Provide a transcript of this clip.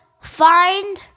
find